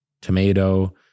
tomato